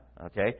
okay